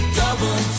double